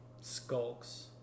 skulks